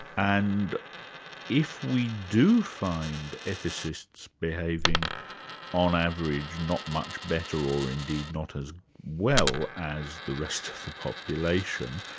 and if we do find ethicists behaving on average not much better or indeed not as well as the rest of the population,